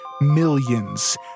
millions